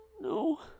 No